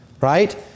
right